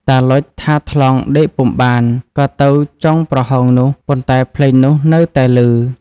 តាឡុចថាថ្លង់ដេកពុំបាន ក៏ទៅចុងប្រហោងនោះ ប៉ុន្តែភ្លេងនោះនៅតែឮ។